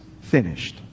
finished